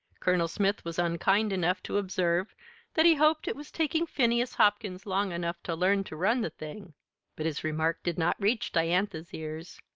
colonel smith was unkind enough to observe that he hoped it was taking phineas hopkins long enough to learn to run the thing but his remark did not reach diantha's ears.